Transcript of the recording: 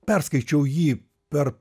perskaičiau jį per